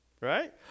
Right